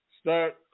start